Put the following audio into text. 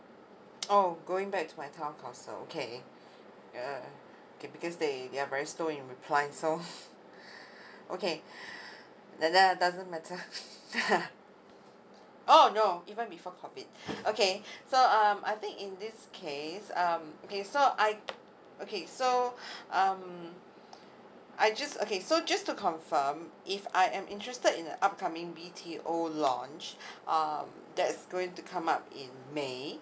oh going back to my town council okay uh okay because they they are very slow in reply so okay and then ah doesn't matter oh no even before COVID okay so um I think in this case um okay so I okay so um I just okay so just to confirm if I am interested in the upcoming B T O launch um that is going to come up in may